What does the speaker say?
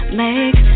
make